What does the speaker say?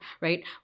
right